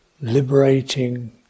liberating